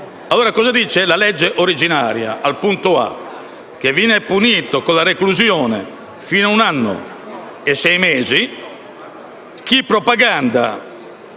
esame. Cosa dice la legge originaria alla lettera *a)*? Che viene punito con la reclusione fino a un anno e sei mesi